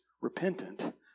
repentant